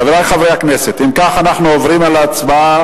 חברי חברי הכנסת, אם כך, אנחנו עוברים להצבעה,